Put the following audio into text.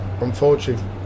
unfortunately